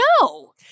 no